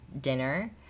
dinner